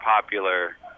popular